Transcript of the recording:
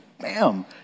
bam